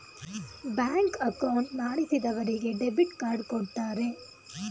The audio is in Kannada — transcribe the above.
ಬ್ಯಾಂಕ್ ಅಕೌಂಟ್ ಮಾಡಿಸಿದರಿಗೆ ಡೆಬಿಟ್ ಕಾರ್ಡ್ ಕೊಡ್ತಾರೆ